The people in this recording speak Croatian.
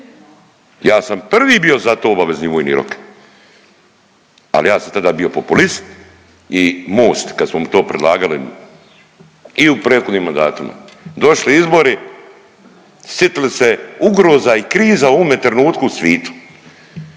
Ja sam prvi bio za to obavezni vojni rok, al ja sam tada bio populist i Most kad smo to predlagali i u prethodnim mandatima, došli izbori sitli se ugroza i kriza u ovome trenutku u svitu.